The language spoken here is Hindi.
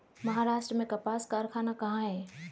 महाराष्ट्र में कपास कारख़ाना कहाँ है?